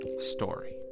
story